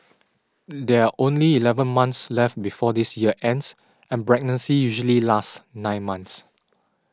there are only eleven months left before this year ends and pregnancy usually lasts nine months